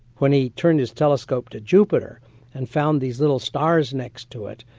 when he turned his telescope to jupiter and found these little stars next to it,